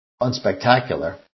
unspectacular